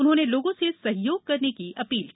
उन्होंने लोगों से सहयोग करने की अपील की